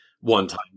one-time